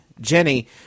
Jenny